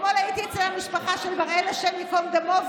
אתמול הייתי אצל המשפחה של בראל, השם ייקום דמו.